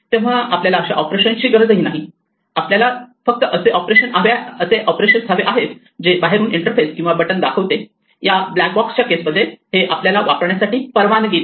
तेव्हा आपल्याला अशा ऑपरेशन ची गरज नाही आपल्याला फक्त असे ऑपरेशन्स हवे आहेत जे बाहेरून इंटरफेस किंवा बटन दाखवते या ब्लॅक बॉक्सच्या केस मध्ये हे आपल्याला वापरण्यासाठी परवानगी देते